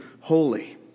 holy